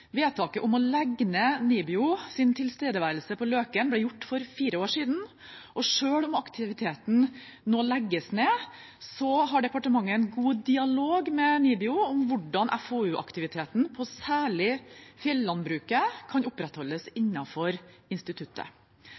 Vedtaket om å legge ned Nibios tilstedeværelse på Løken ble gjort for fire år siden. Selv om aktiviteten nå legges ned, har departementet en god dialog med Nibio om hvordan FoU-aktiviteten på særlig fjellandbruket kan opprettholdes innenfor instituttet.